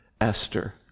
Esther